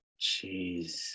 Jeez